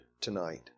tonight